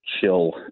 chill